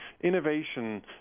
innovation